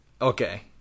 Okay